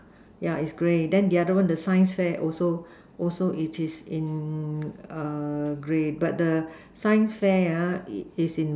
yeah is grey then the other one the science fair also also it is in err grey but the science fair ah is in